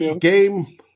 game